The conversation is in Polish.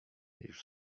już